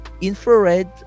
infrared